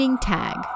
Tag